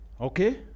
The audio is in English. Okay